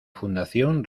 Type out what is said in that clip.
fundación